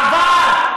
מעבר,